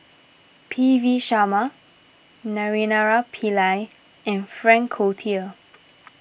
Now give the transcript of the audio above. P V Sharma Naraina Pillai and Frank Cloutier